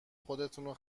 خودتونو